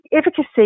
efficacy